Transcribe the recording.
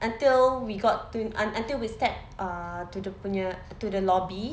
until we got to until we step uh to the punya to the lobby